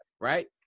right